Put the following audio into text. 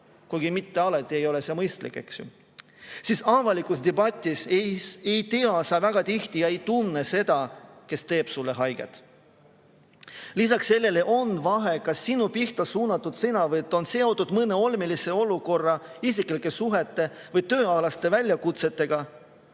kuigi mitte alati ei ole see mõistlik –, siis avalikus debatis sa väga tihti ei tea ega tunne teda, kes teeb sulle haiget. Lisaks sellele on vahe, kas sinu pihta suunatud sõnavõtt on seotud mõne olmelise olukorra, isiklike suhete või tööalaste väljakutsetega